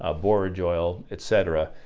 ah borage oil, etc,